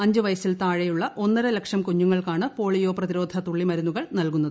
അഞ്ചു വയസിൽ താഴെയുള്ള ഒന്നരലക്ഷം കുഞ്ഞുങ്ങൾക്കാണ് പോളിയോ പ്രതിരോധ തുള്ളിമരുന്നുകൾ നൽകുന്നത്